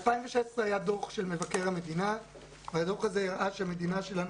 ב-2016 היה דוח של מבקר המדינה שהראה שהמדינה שלנו